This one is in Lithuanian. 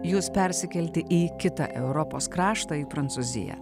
jus persikelti į kitą europos kraštą į prancūziją